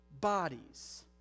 bodies